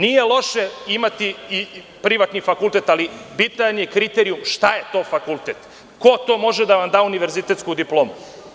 Nije loše imati privatni fakultet, ali, bitan je kriterijum, šta je to fakultet, ko vam daje univerzitetsku diplomu.